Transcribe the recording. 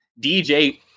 DJ